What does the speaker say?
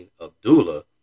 Abdullah